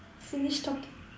finish talking